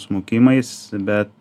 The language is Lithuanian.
smukimais bet